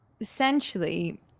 essentially